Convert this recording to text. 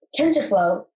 TensorFlow